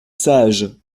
sage